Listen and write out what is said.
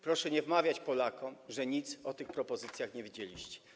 Proszę nie wmawiać Polakom, że nic o tych propozycjach nie wiedzieliście.